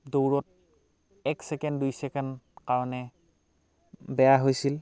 দৌৰত এক ছেকেণ্ড দুই ছেকেণ্ড কাৰণে বেয়া হৈছিল